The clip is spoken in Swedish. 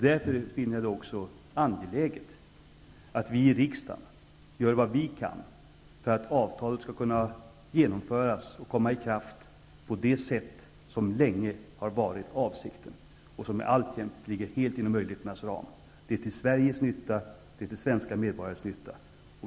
Jag finner det därför angeläget att vi i riksdagen gör vad vi kan för att avtalet skall kunna genomföras och kunna komma i kraft på det sätt som länge har varit avsikten. Det ligger alltjämt inom möjligheternas ram, och det är till Sveriges och till svenska medborgares nytta.